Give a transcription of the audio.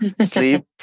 sleep